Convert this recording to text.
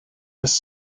this